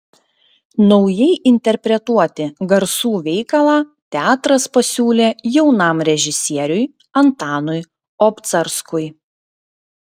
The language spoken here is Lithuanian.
naujai interpretuoti garsų veikalą teatras pasiūlė jaunam režisieriui antanui obcarskui